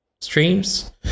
streams